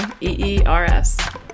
E-E-R-S